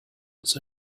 its